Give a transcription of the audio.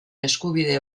eskubide